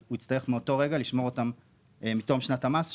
הוא צריך מאותו רגע לשמור אותם מתום שנת המס,